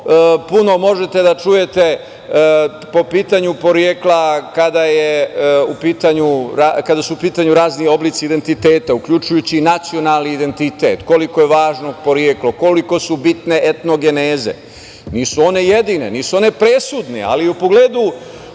puno možete da čujete po pitanju porekla kada su u pitanju razni oblici identiteta, uključujući i nacionalni identitet, koliko je važno poreklo, koliko su bitne etnogeneze. Nisu one jedine, nisu one presude, ali u pogledu